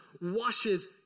washes